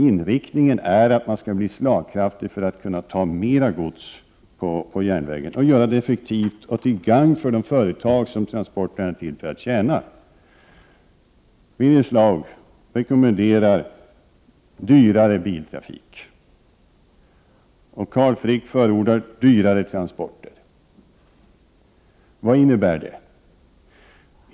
Inriktningen är att man skall bli slagkraftig för att kunna ta mera gods på järnvägen och för att det skall bli effektivt — till gagn för de företag som transporterna är till för. dyrare transporter. Vad innebär detta?